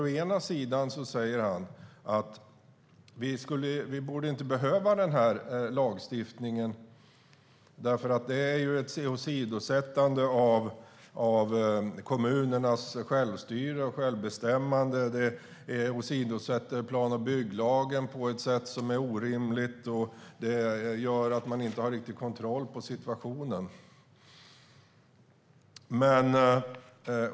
Å ena sidan säger han att vi inte borde behöva denna lagstiftning eftersom den åsidosätter kommunernas självstyre och självbestämmande och åsidosätter plan och bygglagen på ett sätt som är orimligt och gör att man inte har kontroll på situationen.